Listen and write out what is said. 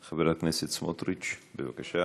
חבר הכנסת סמוטריץ, בבקשה.